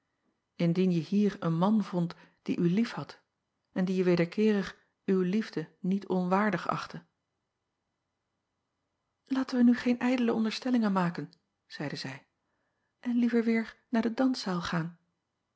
indien je hier een man vondt die u liefhad en die je wederkeerig uw liefde niet onwaardig achtte aten wij nu geen ijdele onderstellingen maken zeide zij en liever weêr naar de danszaal gaan